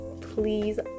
please